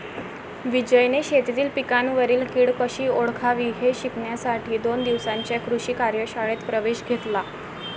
विजयने शेतीतील पिकांवरील कीड कशी ओळखावी हे शिकण्यासाठी दोन दिवसांच्या कृषी कार्यशाळेत प्रवेश घेतला